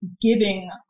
Giving